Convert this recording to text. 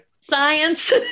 science